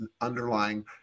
underlying